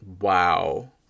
Wow